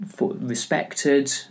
respected